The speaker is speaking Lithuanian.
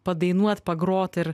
padainuot pagrot ir